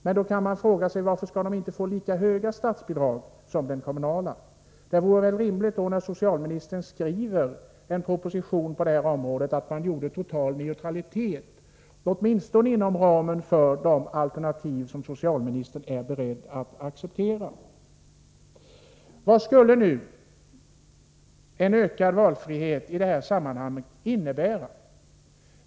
Men då kan man fråga sig: Varför skall det inte utgå lika högt statsbidrag som till den kommunala barnomsorgen? Det vore rimligt att socialministern, när han skriver en proposition på det här området, skapar total neutralitet åtminstone inom ramen för de alternativ som socialministern är beredd att acceptera. Vad skulle en ökad valfrihet i det här sammanhanget innebära?